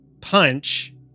punch